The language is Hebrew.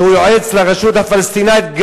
שהוא יועץ לרשות הפלסטינית,